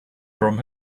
from